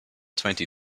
twenty